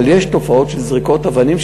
אבל יש תופעות של זריקות אבנים,